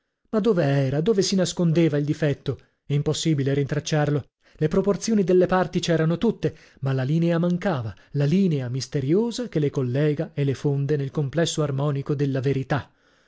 ma dove era dove si nascondeva il difetto impossibile rintracciarlo le proporzioni delle parti c'erano tutte ma la linea mancava la linea misteriosa che le collega e le fonde nel complesso armonico della verità